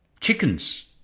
Chickens